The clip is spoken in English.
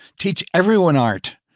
teach everyone art,